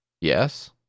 Yes